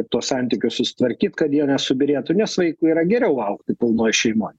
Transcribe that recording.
tuos santykius susitvarkyt kad jie nesubyrėtų nes vaikui yra geriau augti pilnoj šeimoj